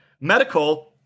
medical